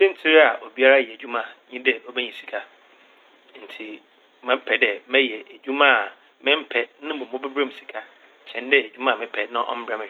Siantsir a obiara yɛ edwuma nye dɛ obenya sika. Ntsi mɛpɛ dɛ mɛyɛ edwuma a memmpɛ na mbom ɔbɛbrɛ me sika kyɛn dɛ edwuma a mepɛ na ɔmmbrɛ me hwee.